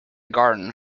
garden